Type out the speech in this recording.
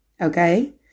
Okay